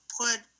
put